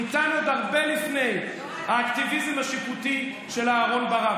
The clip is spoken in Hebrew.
ניתן עוד הרבה לפני האקטיביזם השיפוטי של אהרן ברק.